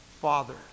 Father